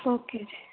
okay ਜੀ